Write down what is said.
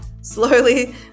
slowly